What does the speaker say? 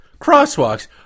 Crosswalks